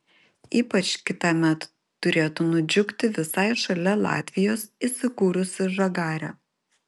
ypač kitąmet turėtų nudžiugti visai šalia latvijos įsikūrusi žagarė